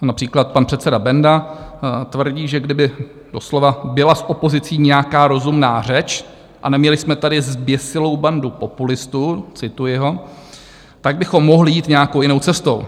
Například pan předseda Benda tvrdí, že kdyby doslova byla s opozicí nějaká rozumná řeč a neměli jsme tady zběsilou bandu populistů cituji ho tak bychom mohli jít nějakou jinou cestou.